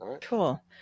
Cool